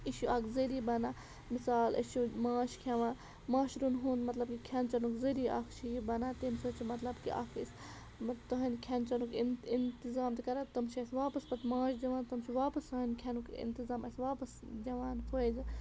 یہِ چھُ اَکھ ذٔریعہِ بَنان مِثال أسۍ چھِ ماچھ کھٮ۪وان ماچھرَن ہُنٛد مطلب یہِ کھٮ۪ن چٮ۪نُک ذٔریعہِ اَکھ چھُ یہِ بَنان تَمہِ سۭتۍ چھُ مطلب کہِ اَکھ أسۍ تُہٕنٛدۍ کھٮ۪ن چٮ۪نُک اِنتِظام تہِ کَران تِم چھِ اَسہِ واپَس پَتہٕ ماچھ دِوان تِم چھِ واپَس سانہِ کھٮ۪نُک اِنتِظام اَسہِ واپَس دِوان فٲیدٕ